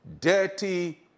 dirty